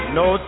no